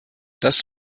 das